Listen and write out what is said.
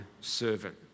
servant